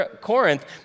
Corinth